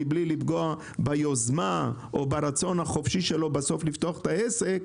מבלי לפגוע ביוזמה או ברצון החופשי של אדם לפתוח עסק